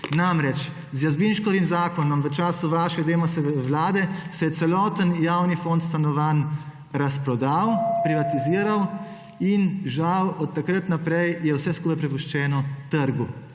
rešiti. Z Jazbinškovim zakonom v času vaše Demosove vlade se je celoten javni fond stanovanj razprodal, privatiziral. Žal je od takrat naprej vse skupaj prepuščeno trgu,